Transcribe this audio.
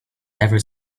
never